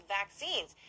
vaccines